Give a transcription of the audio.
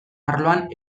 arloan